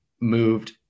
moved